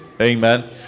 Amen